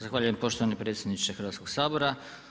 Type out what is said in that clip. Zahvaljujem poštovani predsjedniče Hrvatskog sabora.